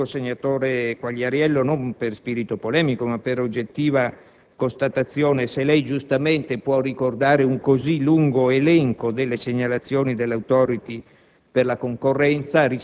Del resto, senatore Quagliariello, lo dico non per spirito polemico, ma per oggettiva constatazione, se lei giustamente può ricordare un così lungo elenco di segnalazioni dell'*Authority*